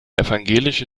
evangelische